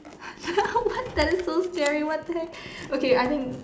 what tell so scary what did I okay I think